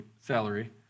salary